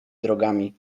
drogami